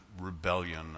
rebellion